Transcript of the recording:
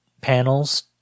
panels